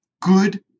good